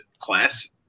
class